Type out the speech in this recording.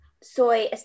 soy